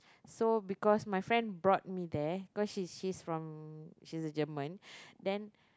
so because my friend brought me there cause she's she's from she's a German then